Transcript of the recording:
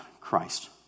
Christ